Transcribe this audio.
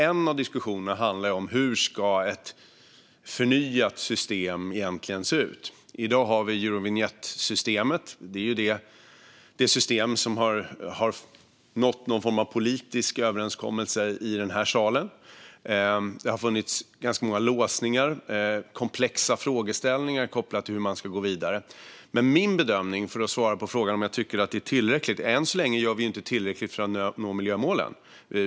En av diskussionerna handlar om hur ett förnyat system egentligen ska se ut. I dag har vi Eurovinjettsystemet, som är det system som vi har nått någon form av politisk överenskommelse om i denna sal. Det har funnits ganska många låsningar och komplexa frågeställningar kopplat till hur man ska gå vidare. För att svara på frågan om jag tycker att det är tillräckligt är min bedömning att vi än så länge inte gör tillräckligt för att nå miljömålen.